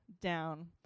down